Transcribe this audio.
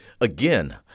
Again